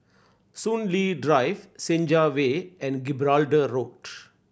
Soon Lee Drive Senja Way and Gibraltar Road